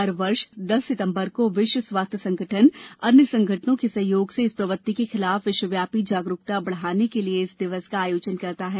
हर वर्ष दस सितंबर को विश्व स्वास्थ्य संगठन अन्य संगठनों के सहयोग से इस प्रवृत्ति के खिलाफ विश्वव्यापी जागरूकता बढ़ाने के लिए इस दिवस का आयोजन करता है